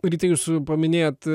rytai jūs paminėjot